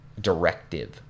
directive